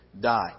die